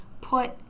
put